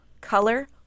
color